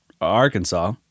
Arkansas